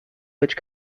which